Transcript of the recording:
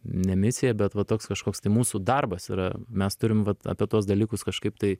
ne misija bet va toks kažkoks tai mūsų darbas yra mes turim vat apie tuos dalykus kažkaip tai